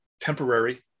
temporary